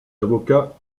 avocats